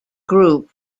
group